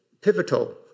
pivotal